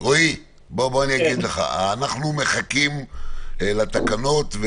אנחנו מחכים לתקנות,